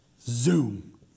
Zoom